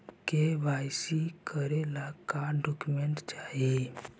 KYC करे ला का का डॉक्यूमेंट चाही?